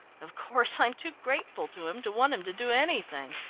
of course, i'm too grateful to him to want him to do anything.